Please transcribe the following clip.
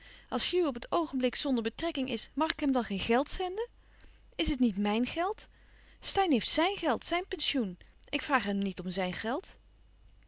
als hugh op het oogenblik zonder betrekking is mag ik hem dan geen geld zenden is het niet mijn geld steyn heeft zijn geld zijn pensioen ik vraag hem niet om zijn geld